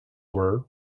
were